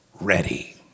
ready